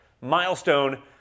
Milestone